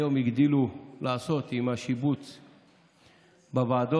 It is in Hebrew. היום הגדילו לעשות עם השיבוץ בוועדות.